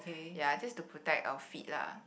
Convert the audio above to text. ya just to protect our feet lah